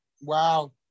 Wow